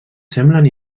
semblen